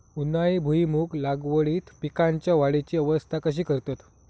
उन्हाळी भुईमूग लागवडीत पीकांच्या वाढीची अवस्था कशी करतत?